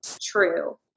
true